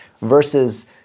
versus